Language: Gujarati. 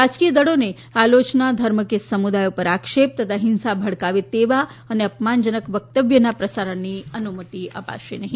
રાજકીય દળોને આલોચના ધર્મ કે સમુદાયો પર આક્ષેપ તથા હિંસા ભડકાવે તેવા અને અપમાનજનક વકતવ્યના પ્રસારણની અનુમતી અપાશે નહી